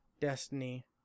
Destiny